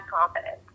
confidence